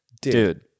Dude